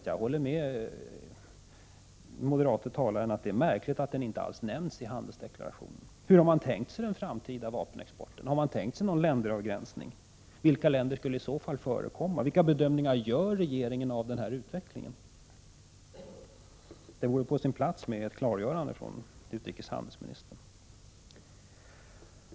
Jag håller med den moderate talaren om att det är märkligt att denna inte alls nämns i handelsdeklarationen. Hur har man tänkt sig den framtida vapenexporten? Har man tänkt sig någon begränsning? Vilka länder skulle i så fall förekomma? Vilka bedömningar gör regeringen av utvecklingen? Ett klargörande från utrikeshandelsministern vore på sin plats.